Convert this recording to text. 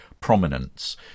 prominence